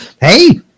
Hey